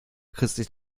christlich